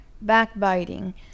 backbiting